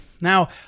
Now